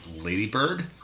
Ladybird